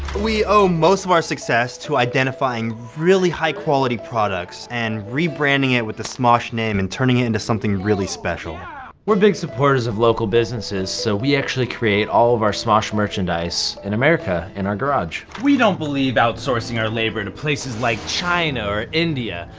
we owe most of our success to identifying really high quality products and rebranding it with the smosh name and turning it into something really special ah we're big supporters of local businesses, so we actually create all of our smosh merchandise in america in our garage we don't believe outsourcing our labor to places like china or india,